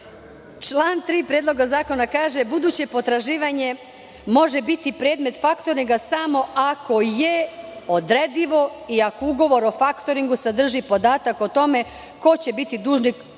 Član 3. Predloga zakona kaže da buduće potraživanje može biti predmet faktoringa samo ako je odredivo i ako ugovor o faktoringu sadrži podatak o tome ko će biti dužnik